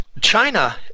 China